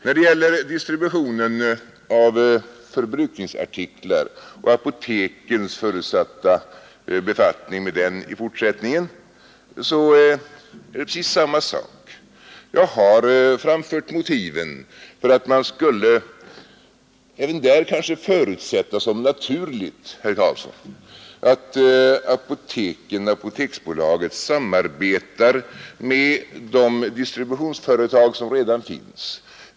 När det gäller distributionen av förbrukningsartiklar och apotekens förutsatta befattning med den i fortsättningen är det precis samma sak. Jag har framfört motiven för att man kanske även där skulle förutsätta som naturligt, herr Karlsson i Huskvarna, att Apoteksbolaget samarbetar med de distributionsföretag som redan finns.